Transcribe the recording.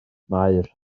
maer